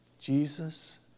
Jesus